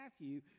Matthew